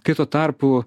kai tuo tarpu